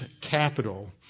capital